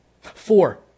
Four